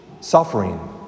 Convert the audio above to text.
suffering